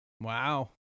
Wow